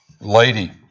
lady